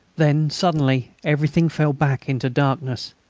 then, suddenly, everything fell back into darkness,